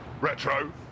Retro